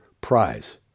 Prize